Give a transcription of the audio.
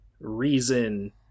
reason